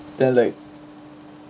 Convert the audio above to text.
then like